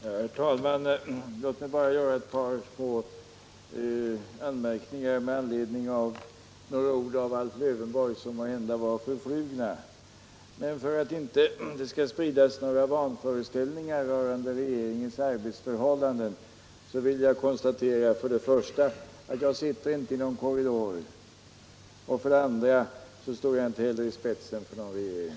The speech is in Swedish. Herr talman! Låt mig bara göra ett par små anmärkningar med anledning av några ord av Alf Lövenborg, som måhända var förflugna. För att det inte skall spridas några vanföreställningar rörande regeringens arbetsförhållanden vill jag konstatera för det första att jag inte sitter i någon korridor, för det andra att jag inte står i spetsen för någon regering.